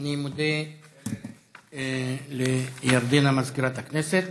אני מודה לירדנה, מזכירת הכנסת.